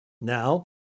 Now